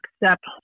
accept